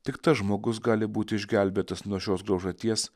tik tas žmogus gali būt išgelbėtas nuo šios graužaties